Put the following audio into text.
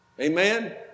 Amen